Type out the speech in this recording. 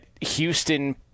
Houston –